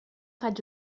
faig